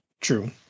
true